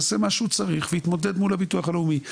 יעשה מה שהוא צריך ויתמודד מול הביטוח הלאומי.